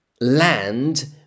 land